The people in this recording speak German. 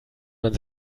man